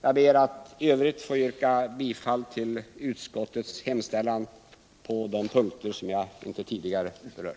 Jag ber att få yrka bifall till utskottets hemställan på alla övriga punkter.